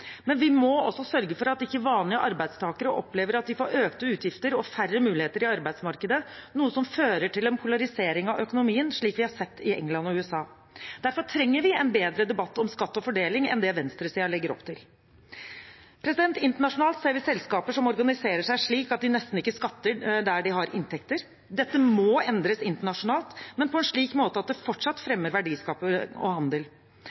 men vi må også sørge for at vanlige arbeidstakere ikke opplever at de får økte utgifter og færre muligheter i arbeidsmarkedet, noe som fører til en polarisering av økonomien, slik vi har sett i England og USA. Derfor trenger vi en bedre debatt om skatt og fordeling enn det venstresiden legger opp til. Internasjonalt ser vi selskaper som organiserer seg slik at de nesten ikke skatter der de har inntekter. Dette må endres internasjonalt, men på en slik måte at det fortsatt fremmer verdiskaping og handel.